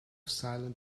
silent